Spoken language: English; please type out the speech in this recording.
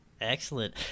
Excellent